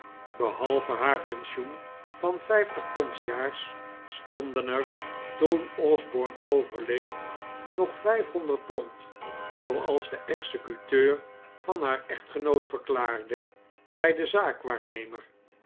behalve haar pensioen van vijftig pond s jaars stonden er toen osborne overleed nog vijfhonderd pond zooals de executeur van haar echtgenoot verklaarde bij den zaakwaarnemer